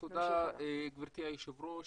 תודה גבירתי היו"ר,